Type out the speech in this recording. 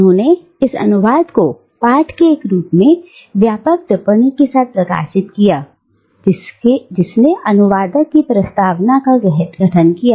उन्होंने इस अनुवाद को एक पाठ के रूप में व्यापक टिप्पणी के साथ प्रकाशित किया जिसने अनुवादक की प्रस्तावना का गठन किया